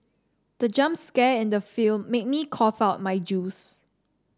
the jump scare in the film made me cough out my juice